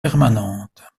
permanente